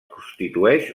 constitueix